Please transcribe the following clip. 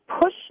push